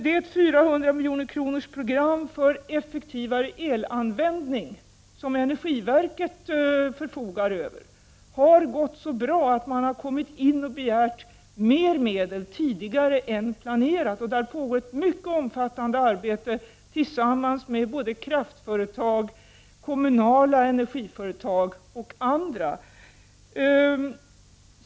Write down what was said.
Det 400 miljonerkronorsprogram för effektivare elanvändning som energiverket förfogar över har gått så bra att verket har begärt mer medel tidigare än planerat. Det pågår ett mycket omfattande arbete tillsammans med kraftföretag, kommunala energiföretag och andra.